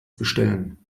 bestellen